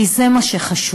כי זה מה שחשוב.